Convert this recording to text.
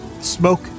smoke